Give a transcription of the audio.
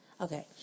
Okay